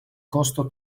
costo